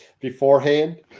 beforehand